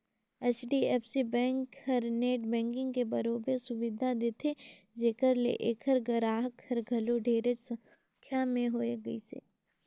HDFC bank हर net banking के बरोबर सुबिधा देथे जेखर ले ऐखर गराहक हर घलो ढेरेच संख्या में होए गइसे